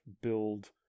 build